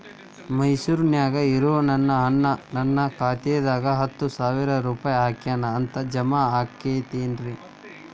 ಮೈಸೂರ್ ನ್ಯಾಗ್ ಇರೋ ನನ್ನ ಅಣ್ಣ ನನ್ನ ಖಾತೆದಾಗ್ ಹತ್ತು ಸಾವಿರ ರೂಪಾಯಿ ಹಾಕ್ಯಾನ್ ಅಂತ, ಜಮಾ ಆಗೈತೇನ್ರೇ?